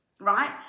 right